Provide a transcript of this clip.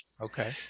okay